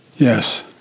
Yes